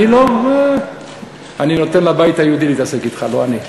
אני נותן לבית היהודי להתעסק אתך, לא אני.